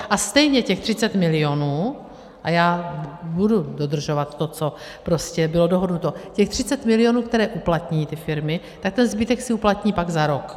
A stejně těch 30 milionů, a já budu dodržovat to, co prostě bylo dohodnuto, těch 30 milionů, které uplatní ty firmy, tak ten zbytek si uplatní pak za rok.